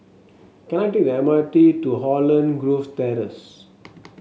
can I take the M R T to Holland Grove Terrace